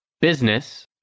Business